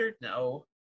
No